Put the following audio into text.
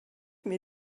mir